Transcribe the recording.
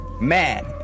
Man